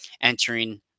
entering